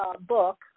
book